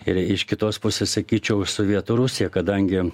ir iš kitos pusės sakyčiau sovietų rusija kadangi